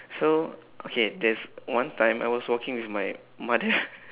so okay there's one time I was walking with my mother